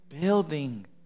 building